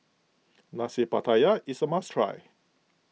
Nasi Pattaya is a must try